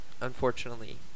unfortunately